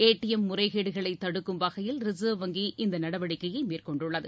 D M முறைகேடுகளை தடுக்கும் வகையில் ரிசர்வ் வங்கி இந்த நடவடிக்கையை எ மேற்கொண்டுள்ளது